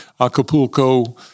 Acapulco